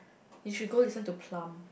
you should go listen to Plum